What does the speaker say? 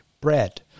bread